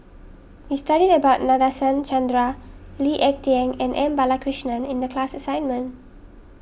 we studied about Nadasen Chandra Lee Ek Tieng and M Balakrishnan in the class assignment